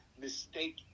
mistake